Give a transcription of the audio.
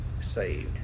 saved